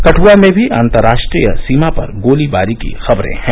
कठ्आ में भी अंतर्राष्ट्रीय सीमा पर गोलीबारी की खबरें हैं